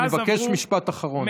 אני מבקש משפט אחרון.